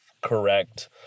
correct